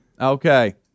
Okay